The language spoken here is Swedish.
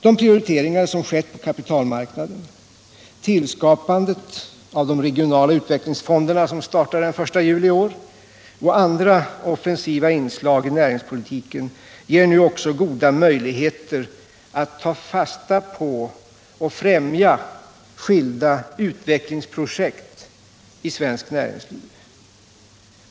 De prioriteringar som skett på kapitalmarknaden, tillskapandet av de regionala utvecklingsfonderna som startar den 1 juli i år och andra offensiva inslag i näringspolitiken. ger också goda möjligheter att ta fasta på och främja skilda utvecklingsprojekt i svenskt näringsliv.